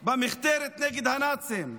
במחתרת, נגד הנאצים,